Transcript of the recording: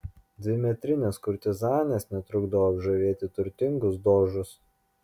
dvimetrinės kurtizanės netrukdavo apžavėti turtingus dožus